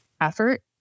effort